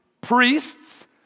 priests